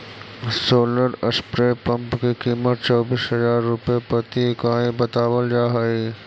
solar spray pump की कीमत चौबीस हज़ार रुपए प्रति इकाई बतावल जा हई